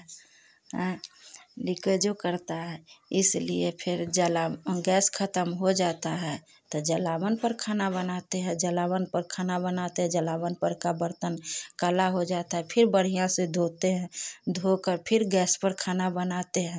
आ लीकेजो करता है इसलिए फिर जला गैस ख़त्म हो जाता है तो जलावन पर खाना बनाते हैं जलावन पर खाना बनाते हैं जलावन पर का बर्तन काला हो जाता है फिर बढ़िया से धोते हैं धोकर फिर गैस पर खाना बनाते हैं